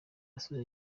asoje